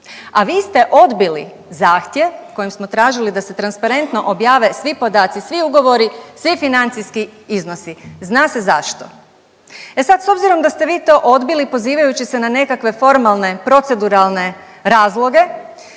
a vi ste odbili zahtjev kojim smo tražili da se transparentno objave svi podaci, svi ugovori, svi financijski iznosi, zna se zašto. E sad s obzirom da ste vi to odbili pozivajući se na nekakve formalne, proceduralne razloge